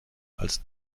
als